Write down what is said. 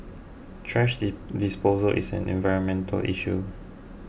thrash disposal is an environmental issue